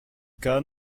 khan